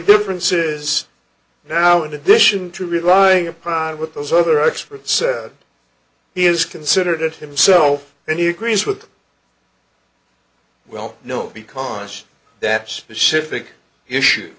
difference is now in addition to relying upon i with those other experts he is considered it himself and he agrees with that well no because that specific issue